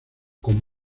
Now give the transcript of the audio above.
con